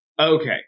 Okay